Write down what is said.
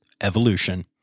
evolution